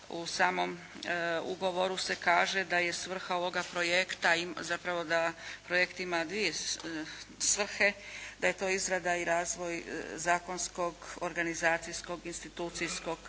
U samom ugovoru se kaže da je svrha ovoga projekta, zapravo da projekt ima dvije svrhe. Da je to izrada i razvoj zakonskog, organizacijskog, institucijskog,